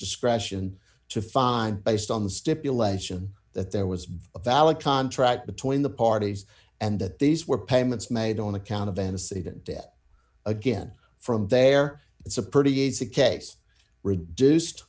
discretion to find based on the stipulation that there was a valid contract between the parties and that these were payments made on account of an incident again from there it's a pretty easy case reduced